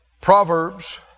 Proverbs